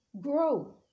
Grow